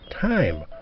time